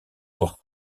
pour